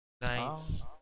nice